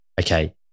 okay